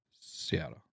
Seattle